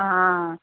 ആ